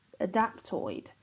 Adaptoid